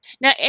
Now